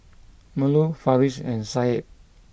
Melur Farish and Said